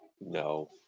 No